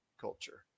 Culture